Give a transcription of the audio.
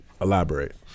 Elaborate